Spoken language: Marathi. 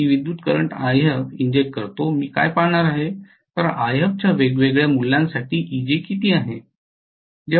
मी विद्युत् करंट If इंजेक्ट करतो मी काय पाहणार आहे तर If च्या वेगवेगळ्या मूल्यांसाठी Eg किती आहे